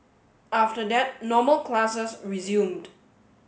after that normal classes resumed